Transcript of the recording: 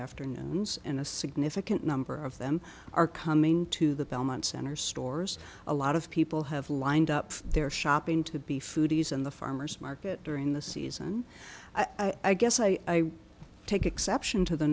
afternoons and a significant number of them are coming into the belmont center stores a lot of people have lined up their shopping to be foodies in the farmer's market during the season i guess i take exception to the